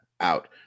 out